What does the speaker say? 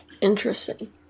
Interesting